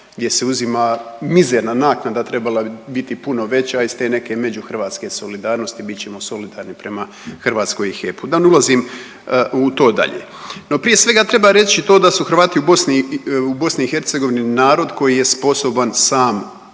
gdje se uzima mizerna naknada, a trebala bi biti puno veća iz te neke međuhrvatske solidarnosti, bit ćemo solidarni prema Hrvatskoj i HEP-u, da ne ulazim u to dalje. No prije svega treba reći to da su Hrvati u BiH narod koji je sposoban sam